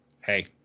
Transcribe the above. hey